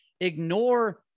Ignore